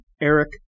Eric